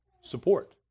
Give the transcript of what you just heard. support